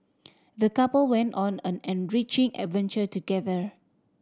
the couple went on an enriching adventure together